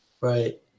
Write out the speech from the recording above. right